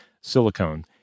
silicone